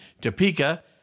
Topeka